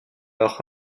leur